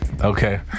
okay